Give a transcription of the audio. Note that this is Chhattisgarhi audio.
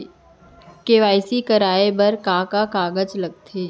के.वाई.सी कराये बर का का कागज लागथे?